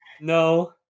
no